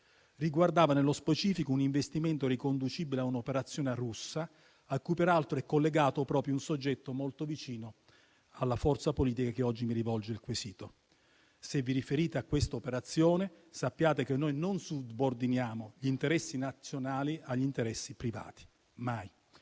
riguardava nello specifico un investimento riconducibile a un'operazione russa, a cui peraltro è collegato proprio un soggetto molto vicino alla forza politica che oggi mi rivolge il quesito. Se vi riferite a questa operazione, sappiate che noi non subordiniamo gli interessi nazionali agli interessi privati, mai.